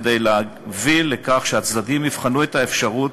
כדי להביא לכך שהצדדים יבחנו את האפשרות